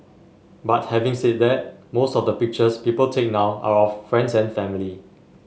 but having said that most of the pictures people take now are of friends and family